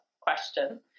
question